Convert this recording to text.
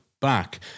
back